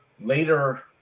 Later